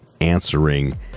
answering